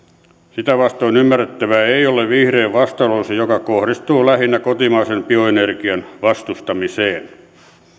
sitä vastoin ymmärrettävä ei ole vihreiden vastalause joka liittyy lähinnä kotimaisen bioenergian vastustamiseen